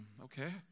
okay